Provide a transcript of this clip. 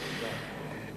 תודה.